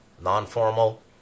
non-formal